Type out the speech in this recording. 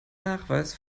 nachweis